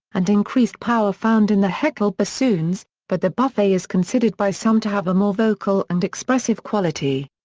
and increased power found in the heckel bassoons, but the buffet is considered by some to have a more vocal and expressive quality.